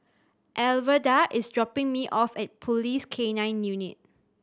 Alverda is dropping me off at Police K Nine Unit